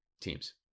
teams